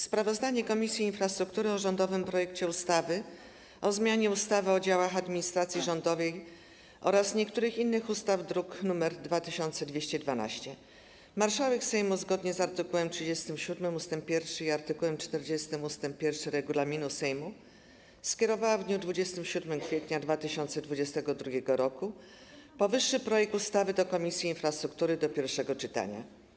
Sprawozdanie Komisji Infrastruktury o rządowym projekcie ustawy o zmianie ustawy o działach administracji rządowej oraz niektórych innych ustaw, druk nr 2212. Marszałek Sejmu, zgodnie z art. 37 ust. 1 i art. 40 ust. 1 regulaminu Sejmu, skierowała w dniu 27 kwietnia 2022 r. powyższy projekt ustawy do Komisji Infrastruktury do pierwszego czytania.